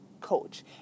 coach